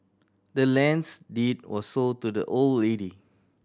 the land's deed was sold to the old lady